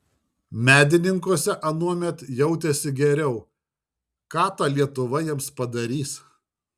medininkuose anuomet jautėsi geriau ką ta lietuva jiems padarys